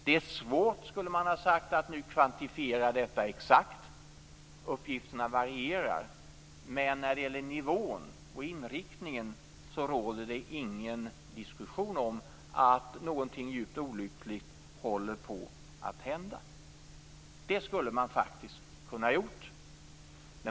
Det är svårt, skulle man ha sagt, att nu kvantifiera detta exakt då uppgifterna varierar, men när det gäller nivån och inriktningen råder det ingen diskussion om att någonting djupt olyckligt håller på att hända. Det skulle man faktiskt ha kunnat göra.